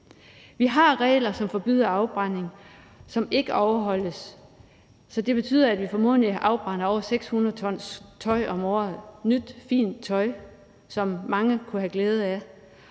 Vi har regler, som forbyder afbrænding, som ikke overholdes, så det betyder, at vi formodentlig afbrænder over 600 t tøj om året – nyt, fint tøj, som mange kunne have glæde af.